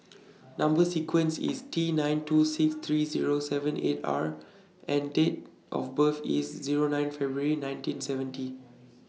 Number sequence IS T nine two six three Zero seven eight R and Date of birth IS Zero nine February nineteen seventy